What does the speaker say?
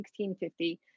1650